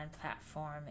platform